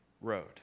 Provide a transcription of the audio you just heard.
road